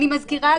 אני מזכירה,